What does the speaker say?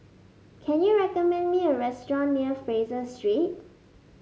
can you recommend me a restaurant near Fraser Street